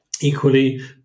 equally